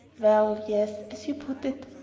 well, yes, as you put it,